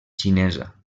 xinesa